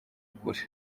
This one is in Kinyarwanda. ukuri